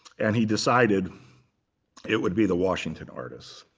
and he decided it would be the washington artists,